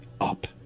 up